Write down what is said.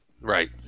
Right